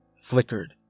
flickered